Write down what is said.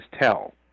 tell